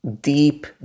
deep